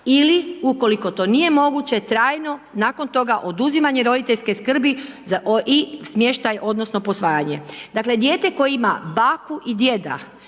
ili ukoliko to nije moguće, trajno nakon toga oduzimanje roditeljske skrbi i smještaj odnosno posvajanje. Dakle dijete koje ima baku i djeda,